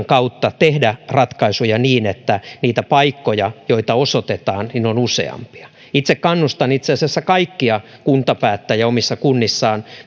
kautta voi tehdä ratkaisuja niin että niitä paikkoja joita osoitetaan on useampia itse kannustan itse asiassa kaikkia kuntapäättäjiä omissa kunnissaan